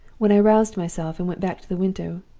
when i roused myself and went back to the window,